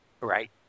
Right